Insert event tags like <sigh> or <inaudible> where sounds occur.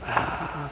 <noise>